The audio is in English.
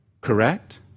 Correct